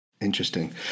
Interesting